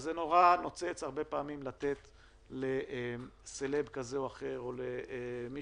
וזה נורא נוצץ לתת לסלב כזה או אחר או לאיזה